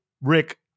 Rick